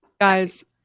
guys